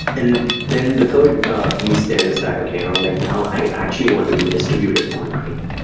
and then the third piece is that, okay. now like now i actually want to do distributed model training.